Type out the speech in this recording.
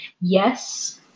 yes